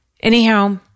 Anyhow